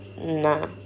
nah